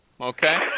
okay